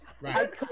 Right